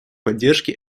поддержки